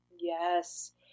Yes